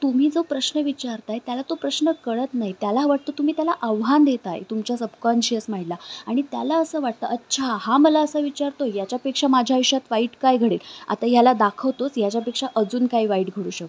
तुम्ही जो प्रश्न विचारत आहे त्याला तो प्रश्न कळत नाही त्याला वाटतं तुम्ही त्याला आव्हान देत आहे तुमच्या सबकॉन्शियस माइंडला आणि त्याला असं वाटतं अच्छा हा मला असा विचारतो आहे याच्यापेक्षा माझ्या आयुष्यात वाईट काय घडेल आता याला दाखवतोच याच्यापेक्षा अजून काय वाईट घडू शकतं